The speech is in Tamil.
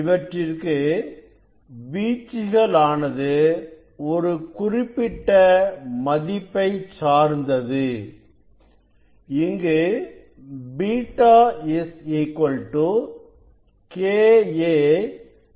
இவற்றிற்கு வீச்சுகள் ஆனது ஒரு குறிப்பிட்ட மதிப்பை சார்ந்தது இங்கு β ka sinƟ 2